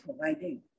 providing